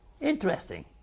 Interesting